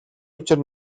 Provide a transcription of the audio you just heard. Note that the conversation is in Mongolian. учир